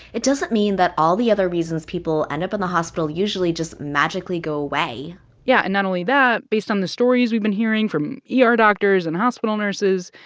it doesn't mean that all the other reasons people end up in the hospital usually just magically go away yeah. and not only that, based on the stories we've been hearing from yeah ah er doctors and hospital nurses,